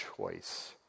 choice